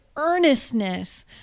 earnestness